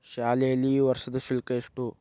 ಶಾಲೆಯಲ್ಲಿ ಈ ವರ್ಷದ ಶುಲ್ಕ ಎಷ್ಟು?